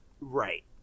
Right